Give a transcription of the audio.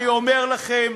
אני אומר לכם,